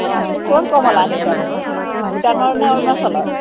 অঁ ক'ৰ কমলা আনিছে আপুনি ভূটানৰ নে অৰুণাচলৰ